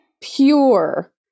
pure